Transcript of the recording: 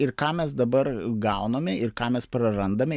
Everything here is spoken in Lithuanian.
ir ką mes dabar gauname ir ką mes prarandame